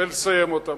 ולסיים אותם.